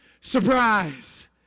surprise